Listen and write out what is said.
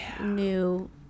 new